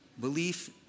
Belief